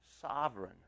sovereign